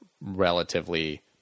relatively